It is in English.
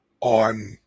on